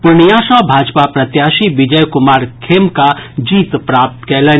पूर्णियां सॅ भाजपा प्रत्याशी विजय कुमार खेमका जीत प्राप्त कयलनि